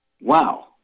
Wow